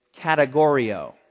categorio